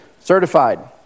certified